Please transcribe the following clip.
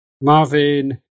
marvin